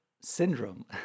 syndrome